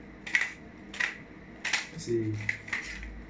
I see